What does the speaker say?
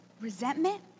Resentment